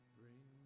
bring